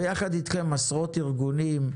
ויחד אתכם עשרות ארגונים: